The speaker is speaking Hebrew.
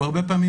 הרבה פעמים